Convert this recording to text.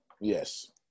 Yes